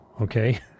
Okay